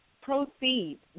Proceed